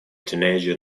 teenager